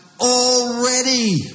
already